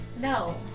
No